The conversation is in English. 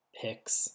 picks